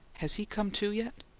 has he came to yet?